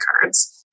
cards